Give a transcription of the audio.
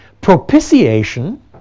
Propitiation